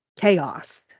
chaos